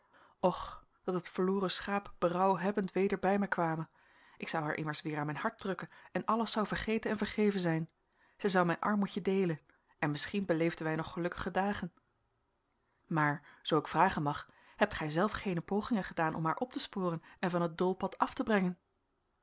och dat het verloren schaap berouwhebbend weder bij mij kwame ik zou haar immers weer aan mijn hart drukken en alles zou vergeten en vergeven zijn zij zou mijn armoedje deelen en misschien beleefden wij nog gelukkige dagen maar zoo ik vragen mag hebt gijzelf geene pogingen gedaan om haar op te sporen en van het doolpad af te brengen